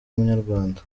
munyarwanda